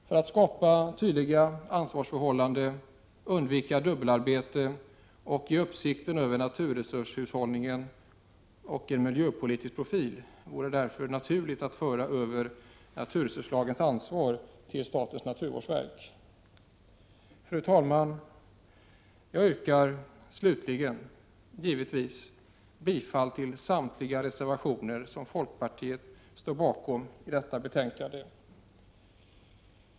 För att skapa tydliga ansvarsförhållanden, undvika dubbelarbete och ge uppsikten över naturresurshushållningen en miljöpolitisk profil vore det naturligt att föra över NRL-ansvaret till statens naturvårdsverk. Fru talman! Jag yrkar slutligen givetvis bifall till samtliga reservationer som folkpartiet står bakom i detta betänkande.